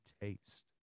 taste